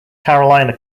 carolina